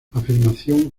afirmación